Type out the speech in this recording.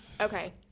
Okay